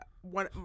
one